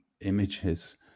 images